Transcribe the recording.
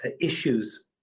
issues